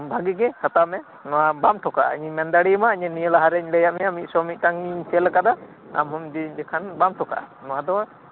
ᱵᱷᱟᱜᱤᱜᱤ ᱦᱟᱛᱟᱣ ᱢᱮ ᱱᱚᱣᱟ ᱵᱟᱢ ᱴᱷᱚᱠᱟᱜ ᱱᱚᱣᱟ ᱤᱧ ᱢᱮᱱᱫᱟᱲᱤᱭᱟᱢᱟ ᱱᱤᱭᱟᱹ ᱞᱟᱦᱟᱨᱮᱧ ᱞᱟᱹᱭᱟᱫ ᱢᱮᱭᱟ ᱢᱤᱫᱥᱚ ᱢᱤᱫ ᱴᱟᱝᱤᱧ ᱥᱮᱞ ᱟᱠᱟᱫᱟ ᱟᱢᱦᱚᱢ ᱠᱤᱨᱤᱧ ᱞᱮᱠᱷᱟᱱ ᱵᱟᱢ ᱴᱷᱚᱠᱟᱜ ᱟ ᱱᱚᱣᱟᱫᱚ